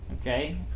Okay